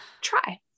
try